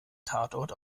tatort